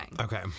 Okay